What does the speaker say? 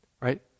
right